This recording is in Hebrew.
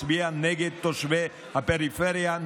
מצביע נגד תושבי הפריפריה,